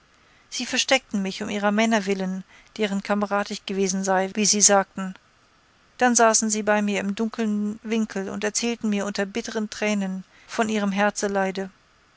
sie versteckten mich um ihrer männer willen deren kamerad ich gewesen sei wie sie sagten dann saßen sie bei mir im dunkeln winkel und erzählten mir unter bitteren tränen von ihrem herzeleide